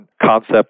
concept